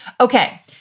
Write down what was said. Okay